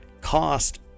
cost